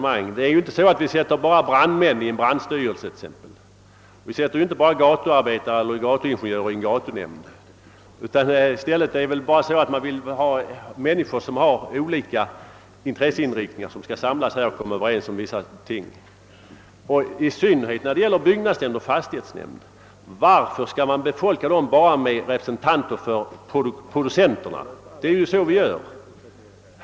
Man sätter t.ex. inte bara in brandmän i en brandstyrelse eller gatuarbetare i en gatunämnd, utan man vill där samla människor som representerar olika intresseriktningar. I synnerhet när det gäller byggnadsoch fastighetsnämnder kan det ifrågasättas varför dessa skall befolkas enbart med representanter för producenterna — det är ju så vi gör.